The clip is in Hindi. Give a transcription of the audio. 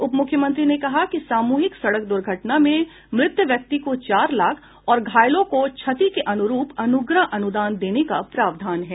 उप मुख्यमंत्री ने कहा कि सामूहिक सड़क दुर्घटना में मृत व्यक्ति को चार लाख और घायलों को क्षति के अनुरूप अनुग्रह अनुदान देने का प्रावधान है